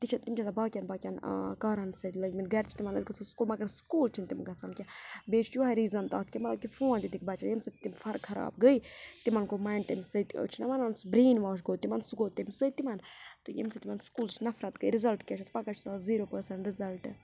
تہِ چھِ تِم چھِ آسان باقیَن باقیَن کارَن سۭتۍ لٲگمٕتۍ گَرِ چھِ تِمَن گژھان سکوٗل مگر سکوٗل چھِنہٕ تِم گژھان کیٚنٛہہ بیٚیہِ چھِ یِہوے ریٖزَن تَتھ کہِ مطلب کہِ فون دِتِکھ بَچَن ییٚمہِ سۭتۍ تِم فَرق خراب گٔے تِمَن گوٚو مایِنٛڈ تمہِ سۭتۍ چھِ نہٕ وَنان سُہ برٛین واش گوٚو تِمَن سُہ گوٚو تمہِ سۭتۍ تِمَن تہٕ ییٚمہِ سۭتۍ تِمَن سکوٗلٕچ نَفرَت گٔے رِزَلٹ کیٛاہ چھِ اَتھ پَگاہ چھِ آسان زیٖرو پٔرسَنٛٹ رِزَلٹ